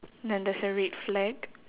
then there's a red flag